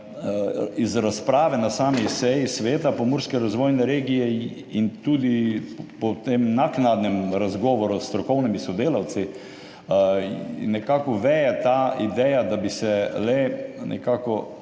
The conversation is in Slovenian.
iz razprave na sami seji Sveta Pomurske razvojne regije in tudi po tem naknadnem razgovoru s strokovnimi sodelavci nekako veje ta ideja, da bi se le nekako